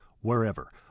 wherever